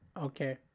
okay